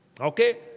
Okay